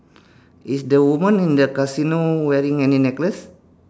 is the woman in the casino wearing any necklace